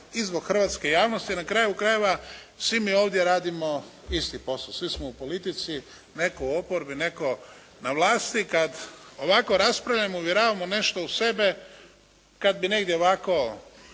i zbog hrvatske javnosti i na kraju krajeva svi mi ovdje radimo isti posto, svi smo u politici, netko u oporbi, netko na vlasti, kada ovako raspravljamo uvjeravamo nešto u sebe, kada bi negdje ovako